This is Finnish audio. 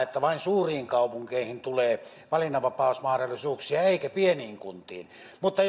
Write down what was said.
niin että vain suuriin kaupunkeihin tulee valinnanvapausmahdollisuuksia eikä pieniin kuntiin mutta